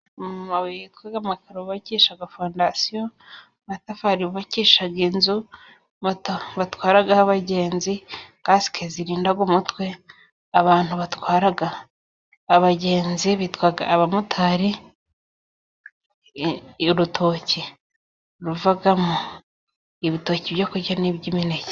Ahantu babika amakaro bubakisha fondasiyo .Amatafari bukisha inzu . Moto batwaraho abagenzi ,kasike zirinda umutwe .Abantu batwara abagenzi .Bitwa abamotari ,urutoki ruvamo ibitoki byo kurya n'iby'imineke.